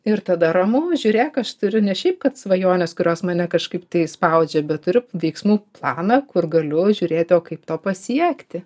ir tada ramu žiūrėk aš turiu ne šiaip kad svajonės kurios mane kažkaip tai spaudžia bet turiu veiksmų planą kur galiu žiūrėti o kaip to pasiekti